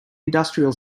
industrial